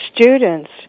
students